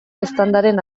eztandaren